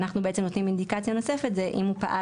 ואנחנו בעצם נותנים אינדיקציה נוספת זה אם הוא פעל